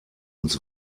uns